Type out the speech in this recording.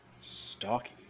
Stalking